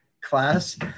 class